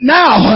now